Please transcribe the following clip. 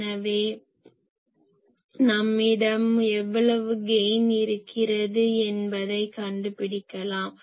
எனவே நம்மிடம் எவ்வளவு கெயின் இருக்கிறது என்பதை கண்டுபிடிக்கலாம்